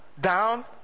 down